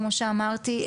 כמו שאמרתי,